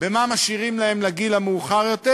במה משאירים להם לגיל המאוחר-יותר,